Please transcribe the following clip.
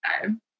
time